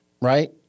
right